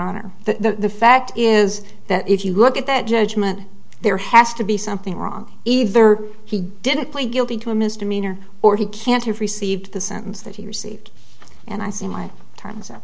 honor the fact is that if you look at that judgment there has to be something wrong either he didn't plead guilty to a misdemeanor or he can't have received the sentence that he received and i see my time's up